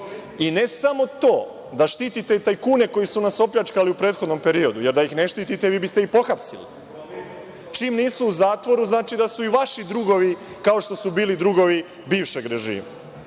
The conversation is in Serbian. ne samo to da štitite tajkune koji nas opljačkali u prethodnom periodu, jer da ih ne štitite vi biste ih pohapsili, čim nisu u zatvoru znači da su i vaši drugovi kao što su bili drugovi bivšeg režima,